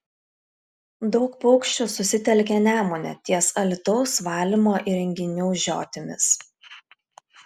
daug paukščių susitelkė nemune ties alytaus valymo įrenginių žiotimis